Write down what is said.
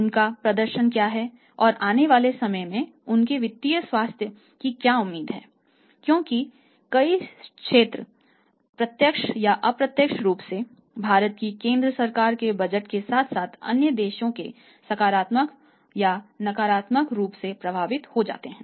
उनका प्रदर्शन क्या है और आने वाले समय में उनके वित्तीय स्वास्थ्य की क्या उम्मीद है क्योंकि कई क्षेत्र प्रत्यक्ष या अप्रत्यक्ष रूप से भारत की केंद्र सरकार के बजट के साथ साथ अन्य देशों के सकारात्मक या नकारात्मक रूप से प्रभावित हो जाते हैं